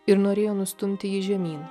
ir norėjo nustumti jį žemyn